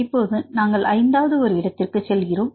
இப்போது நாங்கள் ஐந்தாவது ஒரு இடத்திற்கு செல்கிறோம்